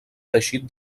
teixit